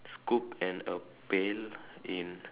scoop and a pail in